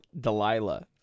Delilah